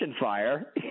fire